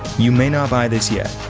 you may not buy this yet,